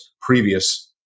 previous